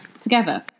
together